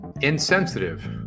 Insensitive